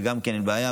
וגם כן אין בעיה,